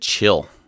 Chill